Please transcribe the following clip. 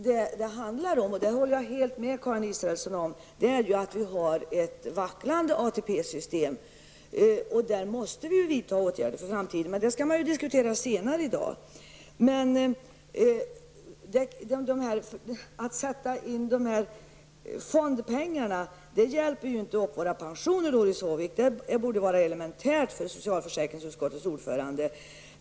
Det handlar om -- där håller jag helt med Karin Israelsson -- att vi har ett vacklande ATP-system. Vi måste vidta åtgärder för framtiden. Den frågan skall diskuteras senare i dag. Men att sätta in fondpengarna hjälper ju inte upp våra pensioner, Doris Håvik; det borde vara elementärt för socialförsäkringsutskottets ordförande.